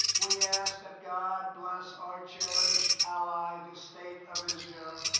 we ask that god bless our cherished ally, the state of israel.